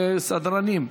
סדרנים,